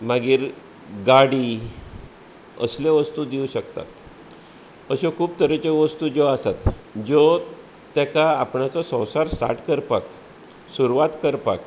मागीर गाडी असल्यो वस्तू दिवं शकतात अश्यो खूब तरेच्यो वस्तू ज्यो आसात ज्यो ताका आपणाचो संवसार स्टार्ट करपाक सुरवात करपाक